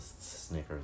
Snickers